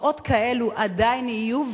תופעות כאלה עדיין יהיו,